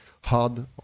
hard